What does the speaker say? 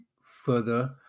further